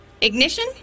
Ignition